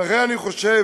ולכן אני חושב